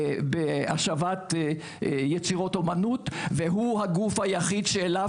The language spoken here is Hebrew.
בהשבת יצירות אומנות והוא הגוף היחיד שאליו